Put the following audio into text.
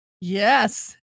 Yes